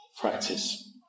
practice